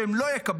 שהם לא יקבלו,